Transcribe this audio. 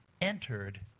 entered